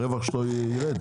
הרווח שלו יירד.